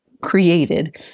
created